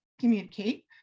communicate